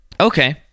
Okay